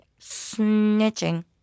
Snitching